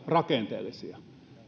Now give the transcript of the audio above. rakenteellisia ja